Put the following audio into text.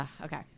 Okay